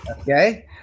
okay